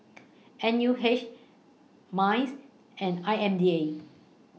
N U H Minds and I M D A